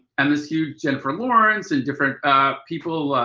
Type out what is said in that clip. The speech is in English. and this huge jennifer lawrence and different people,